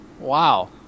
Wow